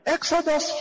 Exodus